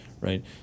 right